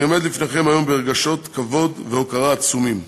אני עומד לפניכם היום ברגשות כבוד והוקרה עצומים,